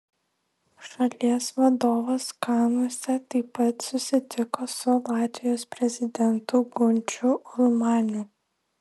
šalies vadovas kanuose taip pat susitiko su latvijos prezidentu gunčiu ulmaniu